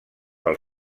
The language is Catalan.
pel